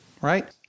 right